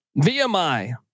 VMI